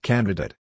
Candidate